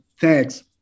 Thanks